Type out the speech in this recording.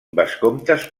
vescomtes